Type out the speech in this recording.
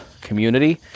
community